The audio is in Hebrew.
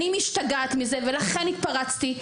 אני משתגעת מזה ולכן התפרצתי.